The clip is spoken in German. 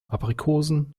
aprikosen